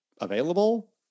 available